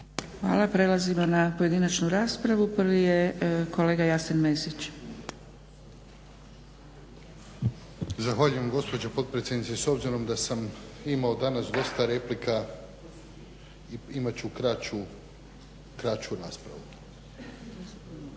Hvala. Prelazimo na pojedinačnu raspravu. Prvi je kolega Jasen Mesić. **Mesić, Jasen (HDZ)** Zahvaljujem gospođo potpredsjednice. S obzirom da sam imao danas dosta replika imat ću kraću raspravu. Čuo